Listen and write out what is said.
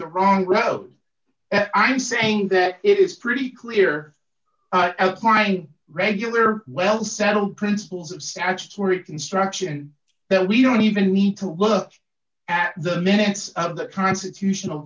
the wrong route and i'm saying that it is pretty clear outline regular well settled principles of statutory construction that we don't even need to look at the minutes of the constitutional